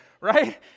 right